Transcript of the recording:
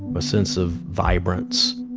a sense of vibrance.